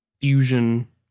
fusion